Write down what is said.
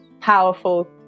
powerful